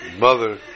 mother